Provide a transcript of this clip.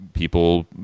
people